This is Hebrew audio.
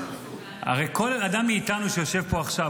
הרי כל אדם מאיתנו שיושב פה עכשיו,